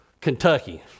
Kentucky